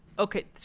okay.